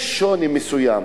יש שוני מסוים